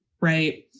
right